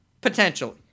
Potentially